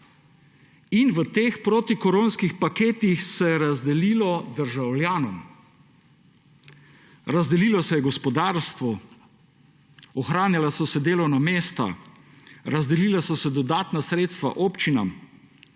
V teh protikoronskih paketih se je razdelilo državljanom, razdelilo se je gospodarstvu, ohranjala so se delovna mesta, razdelila so se dodatna sredstva občinam,